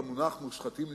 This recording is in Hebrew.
במונח "מושחתים,